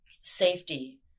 safety